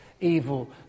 evil